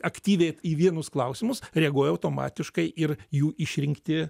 aktyviai į vienus klausimus reaguoja automatiškai ir jų išrinkti